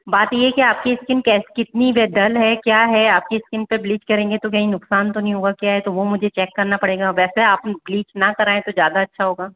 बात ये है कि आपकी स्किन कितनी डल है क्या है आपकी स्किन पर ब्लीच करेंगे तो कहीं नुकसान तो नहीं होगा क्या है तो वो मुझे चेक करना पड़ेगा वैसे आप प्लीज़ ना कराये तो ज़्यादा अच्छा होगा